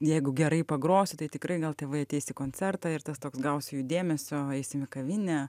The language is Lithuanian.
jeigu gerai pagrosiu tai tikrai gal tėvai ateis į koncertą ir tas toks gausiu jų dėmesio eisim į kavinę